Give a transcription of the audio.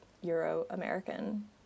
Euro-American